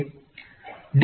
વિદ્યાર્થી ના